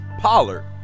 Pollard